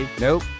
nope